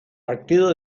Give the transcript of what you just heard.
partido